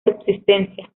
subsistencia